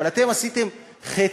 אבל אתם עשיתם חצי.